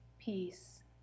Peace